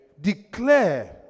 Declare